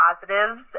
positives